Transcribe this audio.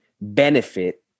benefit